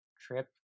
trip